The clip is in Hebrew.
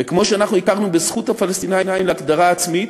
וכמו שאנחנו הכרנו בזכות הפלסטינים להגדרה עצמית,